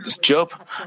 Job